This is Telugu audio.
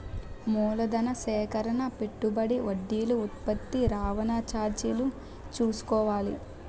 మూలధన సేకరణ పెట్టుబడి వడ్డీలు ఉత్పత్తి రవాణా చార్జీలు చూసుకోవాలి